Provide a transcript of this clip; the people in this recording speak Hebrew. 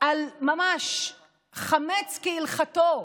על חמץ כהלכתו,